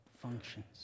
functions